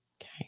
okay